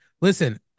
listen